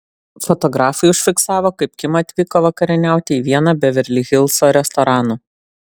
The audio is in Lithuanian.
fotografai užfiksavo kaip kim atvyko vakarieniauti į vieną beverli hilso restoranų